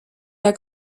der